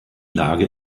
lage